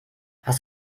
hast